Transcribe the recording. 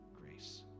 grace